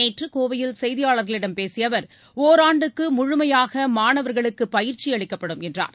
நேற்று கோவையில் செய்தியாளர்களிடம் பேசிய அவர் ஒராண்டுக்கு முழுமையாக மாணவர்களுக்கு பயிற்சி அளிக்கப்படும் என்றார்